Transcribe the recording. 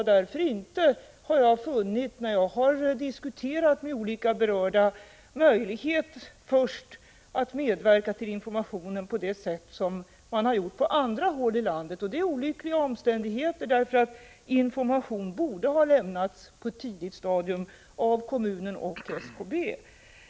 När jag har diskuterat med olika berörda har jag funnit att de inte haft möjlighet att först medverka till informationen på det sätt som man gjort på andra håll i landet. Detta är olyckliga omständigheter därför att information borde ha lämnats på ett tidigt stadium av kommunen och SKB.